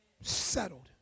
Settled